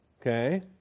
Okay